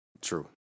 True